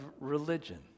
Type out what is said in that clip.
religion